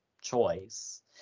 choice